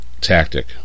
tactic